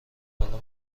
الان